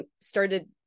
started